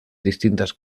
distintas